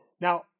Now